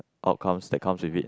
outcomes that comes with it